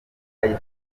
taifa